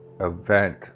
event